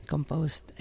Composed